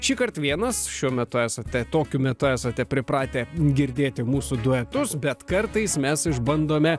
šįkart vienas šiuo metu esate tokiu metu esate pripratę girdėti mūsų duetus bet kartais mes išbandome